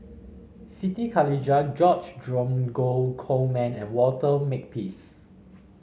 Siti Khalijah George Dromgold Coleman and Walter Makepeace